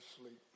sleep